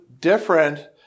different